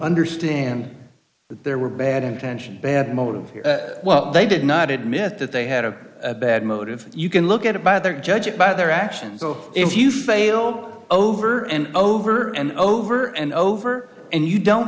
understand that there were bad intentions bad motives here what they did not admit that they had a bad motive you can look at it by their judging by their actions so if you fail over and over and over and over and you don't